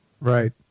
Right